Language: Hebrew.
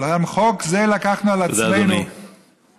אבל חוק זה לקחנו על עצמנו, תודה, אדוני.